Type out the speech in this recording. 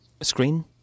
screen